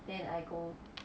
then I go